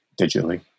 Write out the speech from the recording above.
digitally